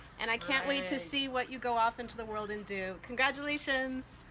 and i can't wait to see what you go off into the world and do. congratulations.